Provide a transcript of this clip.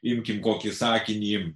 imki kokį sakinį